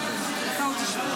במקומותיכם.